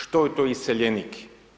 Što je to iseljenik?